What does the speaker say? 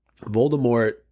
Voldemort